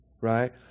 right